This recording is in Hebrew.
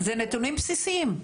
זה נתונים בסיסיים.